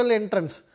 entrance